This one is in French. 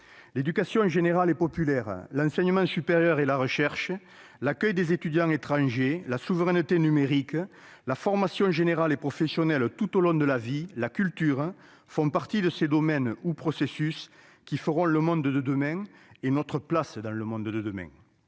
L'éducation générale et populaire, l'enseignement supérieur et la recherche, l'accueil des étudiants étrangers, la souveraineté numérique, la formation générale et professionnelle tout au long de la vie, la culture font partie de ces domaines ou processus qui feront le monde de demain et notre place dans le monde de demain.